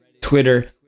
Twitter